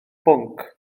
bwnc